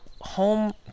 home